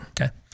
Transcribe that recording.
Okay